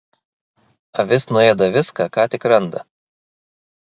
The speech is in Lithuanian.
avis nuėda viską ką tik randa